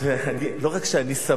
אבל אתה שמח, לא רק שאני שמח,